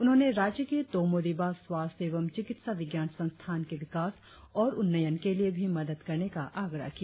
उन्होंने राज्य की तोमो रीबा स्वास्थ्य एवं चिकित्सा विज्ञान संस्थान के विकास और उन्नयन के लिए भी मदद करने का आग्रह किया